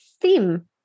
theme